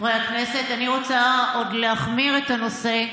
חברי הכנסת, אני רוצה עוד להחמיר את הנושא.